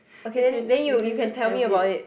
okay then then you you can tell me about it